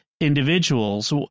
individuals